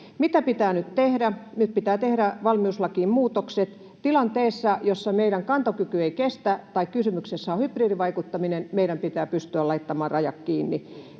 Mitä pitää nyt tehdä? Nyt pitää tehdä valmiuslakiin muutokset. Tilanteessa, jossa meidän kantokykymme ei kestä tai kysymyksessä on hybridivaikuttaminen, meidän pitää pystyä laittamaan rajat kiinni.